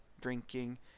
drinking